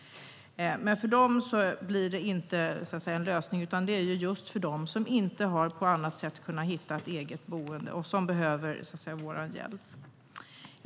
Men de som själva inte kunnat hitta ett eget boende behöver vår hjälp.